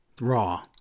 Raw